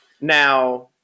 Now